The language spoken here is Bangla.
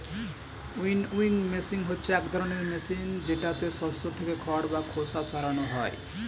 উইনউইং মেশিন হচ্ছে এক ধরনের মেশিন যেটাতে শস্য থেকে খড় বা খোসা সরানো হয়